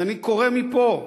אז אני קורא מפה,